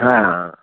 हाँ हाँ